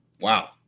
Wow